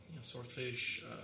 swordfish